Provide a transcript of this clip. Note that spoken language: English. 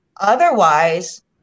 otherwise